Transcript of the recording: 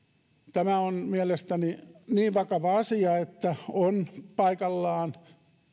tämä on mielestäni niin vakava asia että on paikallaan